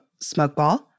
Smokeball